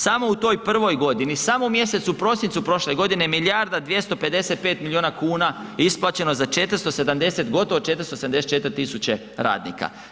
Samo u toj prvoj godini, samo u mjesecu prosincu prošle godine milijarda 255 miliona kuna isplaćeno za 470, gotovo 474 tisuće radnika.